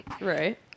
right